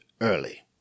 early